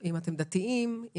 דתיים,